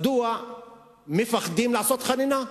מדוע מפחדים לתת חנינה?